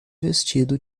vestido